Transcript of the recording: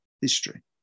history